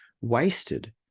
wasted